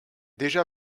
deja